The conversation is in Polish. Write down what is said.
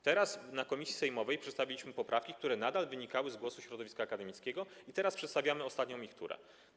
Teraz na posiedzeniu komisji sejmowej przedstawiliśmy poprawki, które nadal wynikały z głosu środowiska akademickiego, i teraz przedstawiamy ostatnią ich turę.